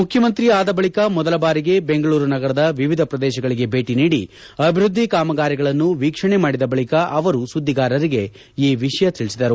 ಮುಖ್ಯಮಂತ್ರಿ ಆದ ನಂತರ ಮೊದಲ ಬಾರಿಗೆ ಬೆಂಗಳೂರು ನಗರದ ವಿವಿಧ ಪ್ರದೇಶಗಳಿಗೆ ಭೇಟಿ ನೀಡಿ ಅಭಿವೃದ್ಧಿ ಕಾಮಗಾರಿಗಳನ್ನು ವೀಕ್ಷಣೆ ಮಾಡಿದ ಬಳಿಕ ಅವರು ಸುದ್ದಿಗಾರರಿಗೆ ಈ ವಿಷಯ ತಿಳಿಸಿದರು